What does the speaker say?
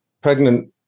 pregnant